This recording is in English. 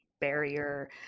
barrier